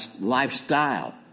lifestyle